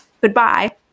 Goodbye